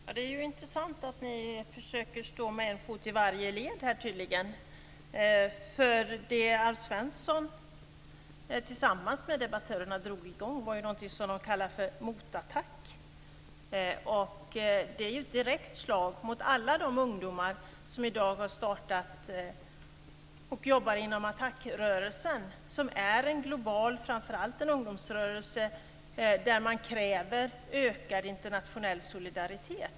Fru talman! Det är intressant att ni tydligen fortsätter att stå med en fot i varje led. Det som Alf Svensson tillsammans med debattörerna drog i gång var någonting som de kallade en motattack. Det är ett direkt slag mot alla de ungdomar som i dag har startat och jobbar inom Attacrörelsen, som är en global ungdomsrörelse som kräver ökad internationell solidaritet.